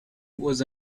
was